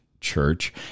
Church